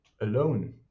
alone